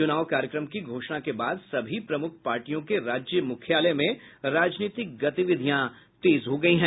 चुनाव कार्यक्रम की घोषणा के बाद सभी प्रमुख पार्टियों के राज्य मुख्यालय में राजनीतिक गतिविधियां तेज हो गयी है